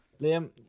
Liam